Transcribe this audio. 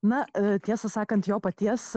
na e tiesą sakant jo paties